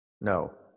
no